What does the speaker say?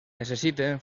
necessiten